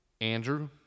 Andrew